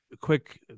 Quick